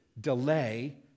delay